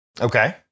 okay